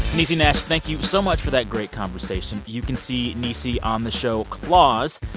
niecy nash, thank you so much for that great conversation. you can see niecy on the show claws.